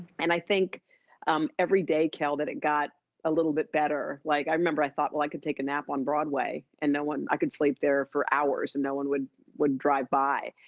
and i think um every day, kel, that it got a little bit better. like i remember i thought, well, i could take a nap on broadway and no one, i could sleep there for hours and no one would would drive by.